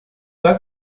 pas